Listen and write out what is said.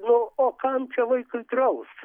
nu o kam čia vaikui draust